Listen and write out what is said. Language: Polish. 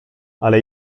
ale